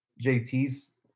JT's